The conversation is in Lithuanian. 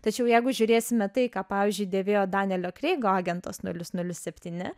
tačiau jeigu žiūrėsime tai ką pavyzdžiui dėvėjo danielio kreigo agentas nulis nulis septyni